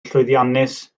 llwyddiannus